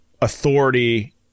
authority